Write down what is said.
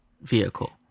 vehicle